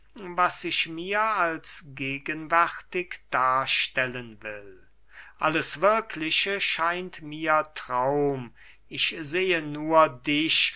was sich mir als gegenwärtig darstellen will alles wirkliche scheint mir traum ich sehe nur dich